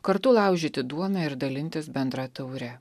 kartu laužyti duoną ir dalintis bendra taure